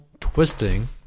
twisting